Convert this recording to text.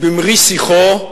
במרי שיחו,